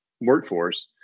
workforce